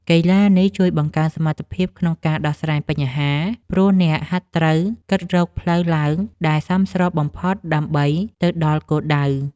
កីឡានេះជួយបង្កើនសមត្ថភាពក្នុងការដោះស្រាយបញ្ហា ព្រោះអ្នកហាត់ត្រូវគិតរកផ្លូវឡើងដែលសមស្របបំផុតដើម្បីទៅដល់គោលដៅ។